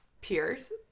peers